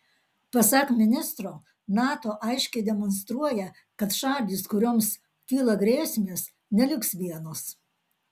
pasak ministro nato aiškiai demonstruoja kad šalys kurioms kyla grėsmės neliks vienos